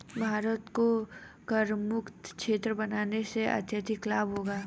भारत को करमुक्त क्षेत्र बनाने से अत्यधिक लाभ होगा